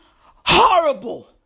horrible